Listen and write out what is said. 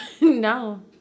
No